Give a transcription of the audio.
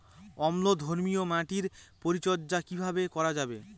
অম্লধর্মীয় মাটির পরিচর্যা কিভাবে করা যাবে?